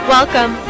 Welcome